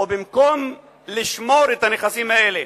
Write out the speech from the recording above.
ובמקום לשמור את הנכסים האלה